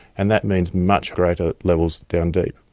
and that means much greater levels down deep.